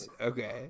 okay